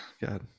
god